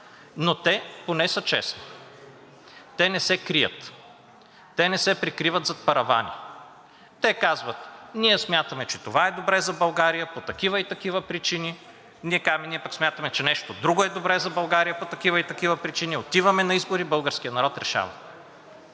но те поне са честни, те не се крият, те не се прикриват зад паравани. Те казват: ние смятаме, че това е добре за България по такива и такива причини. Ние казваме пък: смятаме, че нещо друго е добре за България по такива и такива причини. Отиваме на избори, българският народ решава.